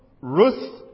Ruth